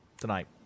tonight